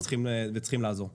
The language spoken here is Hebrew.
וצריכים לעזור.